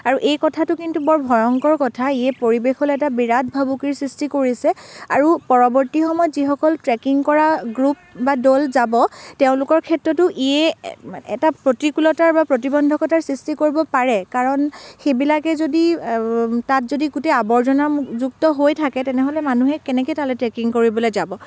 আৰু এই কথাটো কিন্তু বৰ ভয়ংকৰ কথা এই পৰিৱেশ হ'ল এটা বিৰাট ভাবুকিৰ সৃষ্টি কৰিছে আৰু পৰৱৰ্তী সময়ত যিসকল ট্ৰেকিং কৰা গ্ৰুপ বা দল যাব তেওঁলোকৰ ক্ষেত্ৰতো ইয়ে এটা প্ৰতিকূলতাৰ বা প্ৰতিবন্ধকতাৰ সৃষ্টি কৰিব পাৰে কাৰণ সেইবিলাকে যদি তাত যদি গোটেই আৱৰ্জনাযুক্ত হৈ থাকে তেনেহ'লে মানুহে কেনেকৈ তালৈ ট্ৰেকিং কৰিবলৈ যাব